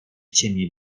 ciemię